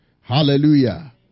Hallelujah